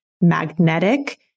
magnetic